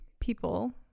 people